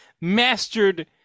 mastered